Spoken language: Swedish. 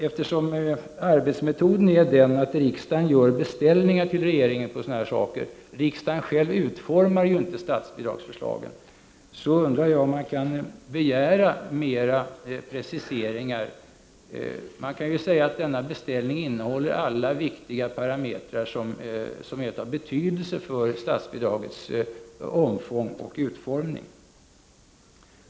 Eftersom arbetsmetoden är den att riksdagen gör beställningar till regeringen om sådana här saker — riksdagen själv utformar ju inte statsbidragsförslagen — så undrar jag om man kan begära mera preciseringar. Man kan ju säga att dessa beställningar innehåller alla parametrar som är av betydelse för statsbidragets omfång och utformning.